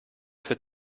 für